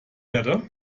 erde